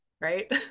right